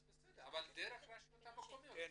אז בסדר, אבל דרך הרשויות המקומיות.